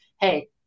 hey